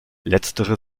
letztere